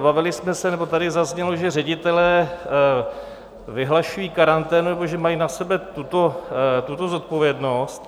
Bavili jsme se nebo tady zaznělo, že ředitelé vyhlašují karanténu nebo že mají na sebe tuto zodpovědnost.